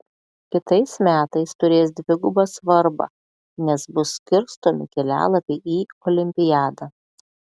kitais metais turės dvigubą svarbą nes bus skirstomi kelialapiai į olimpiadą